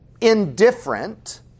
indifferent